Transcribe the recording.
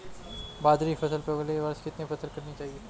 बाजरे की फसल पर अगले वर्ष किसकी फसल करनी चाहिए?